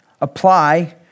apply